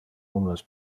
omnes